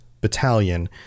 battalion